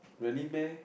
really meh